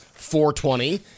420